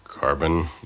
Carbon